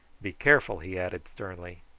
be careful, he added sternly.